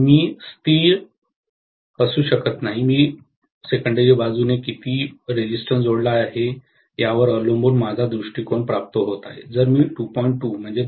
मी स्थिर असू शकत नाही मी दुय्यम बाजूने किती प्रतिरोधक जोडला आहे यावर अवलंबून माझा दृष्टिकोन प्राप्त होत आहे जर मी २